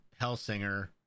Hellsinger